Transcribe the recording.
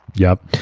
yup.